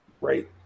right